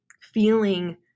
feeling